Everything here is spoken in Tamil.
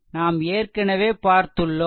நாம் ஏற்கனவே பார்த்துள்ளோம்